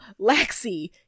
Lexi